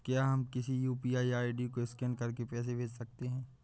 क्या हम किसी यू.पी.आई आई.डी को स्कैन करके पैसे भेज सकते हैं?